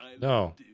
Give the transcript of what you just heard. No